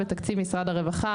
בתקציב משרד הרווחה,